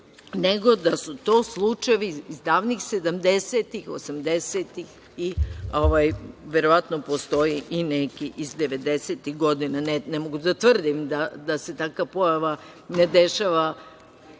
nego da su to slučajevi iz davnih 70-tih, 80-tih i verovatno postoji i neki ih 90-tih godina. Ne mogu da tvrdima da se takva pojava ne dešava